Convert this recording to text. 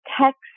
text